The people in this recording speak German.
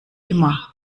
immer